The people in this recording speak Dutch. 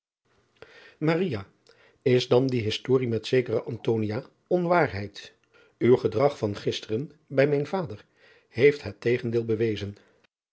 s dan die historie met zekere onwaarheid w gedrag van gisteren bij mijn vader heeft het tegendeel bewezen